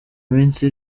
minsi